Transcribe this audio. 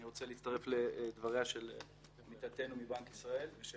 אני רוצה להצטרף לדבריה של עמיתתנו מבנק ישראל ושל